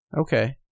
okay